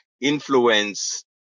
influence